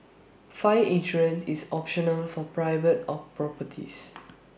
fire insurance is optional for private properties